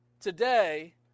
Today